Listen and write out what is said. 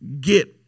get